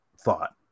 thought